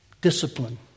discipline